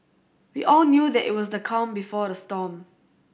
we all knew that it was the calm before the storm